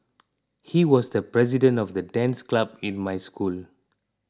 he was the president of the dance club in my school